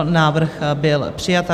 Návrh byl přijat.